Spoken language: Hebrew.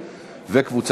לא.